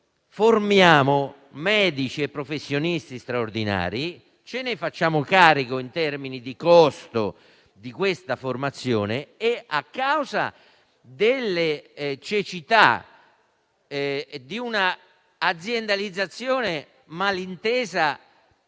formiamo medici e professionisti straordinari, ce ne facciamo carico in termini di costo di formazione e, a causa della cecità e di una aziendalizzazione malintesa